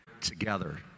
together